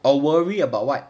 I worry about what